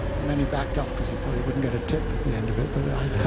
and then he backed off because he thought he wouldn't get a tip at the end of it. but i